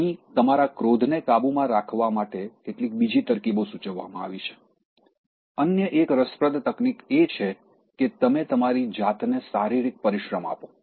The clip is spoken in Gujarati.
અહીં તમારા ક્રોધને કાબૂમાં રાખવા માટે કેટલીક બીજી તરકીબો સૂચવવામાં આવી છે અન્ય એક રસપ્રદ તકનીક એ છે કે તમે તમારી જાતને શારીરિક પરિશ્રમ આપો